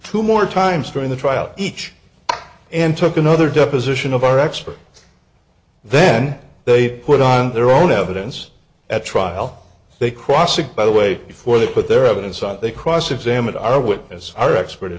two more times during the trial each and took another deposition of our expert then they put on their own evidence at trial they cross it by the way before they put their evidence on they cross examined our witness our expert